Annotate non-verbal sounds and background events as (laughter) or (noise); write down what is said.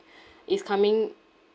(breath) is coming